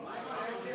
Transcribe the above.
אין כסף לדלק.